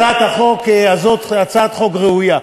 הצעת החוק הזאת היא הצעת חוק ראויה.